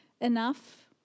enough